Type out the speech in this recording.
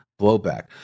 blowback